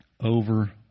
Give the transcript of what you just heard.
over